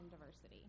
diversity